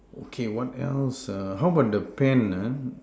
okay what else err how about the pen uh